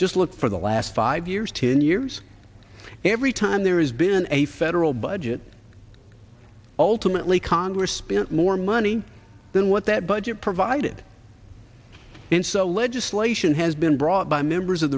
just look for the last five years ten years every time there's been a federal budget ultimately congress spent more money than what that budget provided and so legislation has been brought by members of